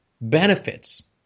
benefits